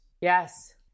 Yes